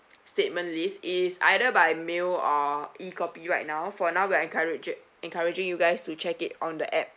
statement list is either by mail or E copy right now for now we are encouragi~ encouraging you guys to check it on the app